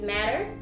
Matter